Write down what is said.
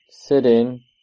sitting